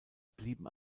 blieben